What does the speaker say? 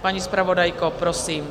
Paní zpravodajko, prosím.